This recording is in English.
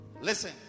Listen